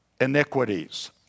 iniquities